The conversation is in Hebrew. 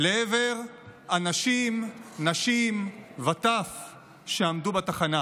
לעבר אנשים, נשים וטף שעמדו בתחנה,